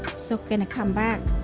so gonna come back.